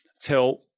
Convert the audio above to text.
till